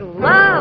love